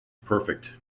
perfect